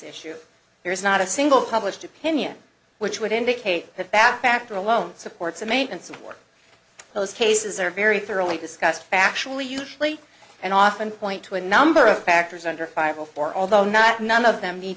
issue here is not a single published opinion which would indicate that bad factor alone supports the maintenance of work those cases are very thoroughly discussed actually usually and often point to a number of factors under fire before although not none of them need